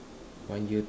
one year